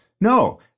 No